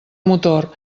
motor